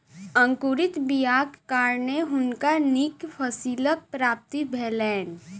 अंकुरित बीयाक कारणें हुनका नीक फसीलक प्राप्ति भेलैन